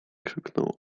krzyknął